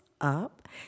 up